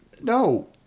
No